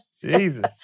Jesus